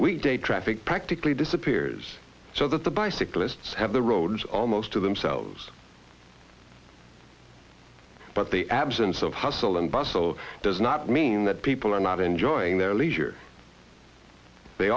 weekday traffic practically disappears so that the bicyclists have the roads almost to themselves but the absence of hustle and bustle does not mean that people are not enjoying their leisure they